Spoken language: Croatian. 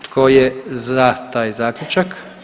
Tko je za taj zaključak?